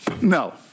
No